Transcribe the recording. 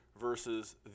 versus